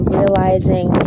realizing